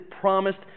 promised